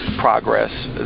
progress